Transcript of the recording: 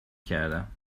کردم